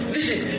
Listen